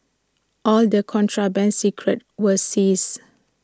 all the contraband cigarettes were seized